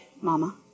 mama